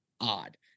odd